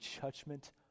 judgment